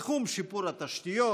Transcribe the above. בתחום שיפור התשתיות,